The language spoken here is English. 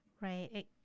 Right